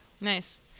Nice